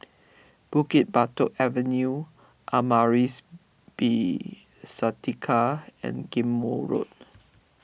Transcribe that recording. Bukit Batok Avenue Amaris B Santika and Ghim Moh Road